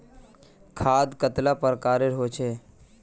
खाद कतेला प्रकारेर होचे?